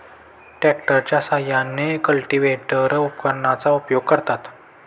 ट्रॅक्टरच्या साहाय्याने कल्टिव्हेटर उपकरणाचा उपयोग करतात